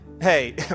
hey